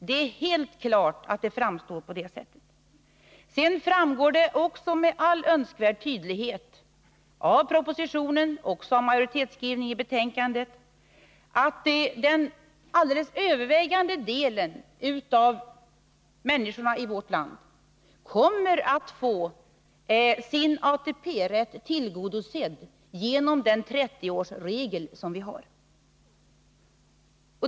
Det är helt klart att det är på det sättet. Det framgår också med all önskvärd tydlighet av propositionen, liksom av majoritetsskrivningen i betänkandet, att den övervägande delen av människorna i vårt land kommer att få sin ATP-rätt tillgodosedd genom den 30-årsregel som vi har.